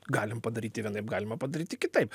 galim padaryti vienaip galima padaryti kitaip